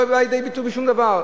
זה לא בא לידי ביטוי בשום דבר.